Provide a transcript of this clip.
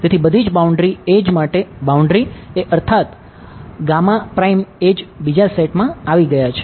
તેથી બધી જ બાઉન્ડ્રી એ અર્થાત એડ્જ માં આવી ગયા છે